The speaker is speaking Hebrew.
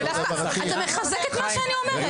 דווקא אתה מחזק את מה שאני אומרת.